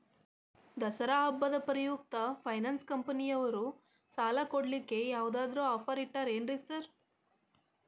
ದಸರಾ ಹಬ್ಬದ ಪ್ರಯುಕ್ತ ಫೈನಾನ್ಸ್ ಕಂಪನಿಯವ್ರು ಸಾಲ ಕೊಡ್ಲಿಕ್ಕೆ ಯಾವದಾದ್ರು ಆಫರ್ ಇಟ್ಟಾರೆನ್ರಿ ಸಾರ್?